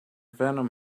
venom